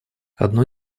одно